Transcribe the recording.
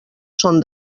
són